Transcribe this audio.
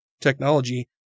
technology